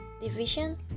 division